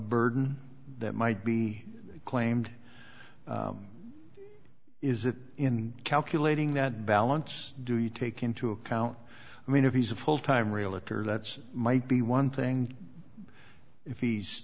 burden that might be claimed is that in calculating that balance do you take into account i mean if he's a full time realtor that's might be one thing if he's